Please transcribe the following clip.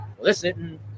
Listen